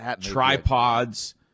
tripods